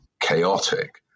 chaotic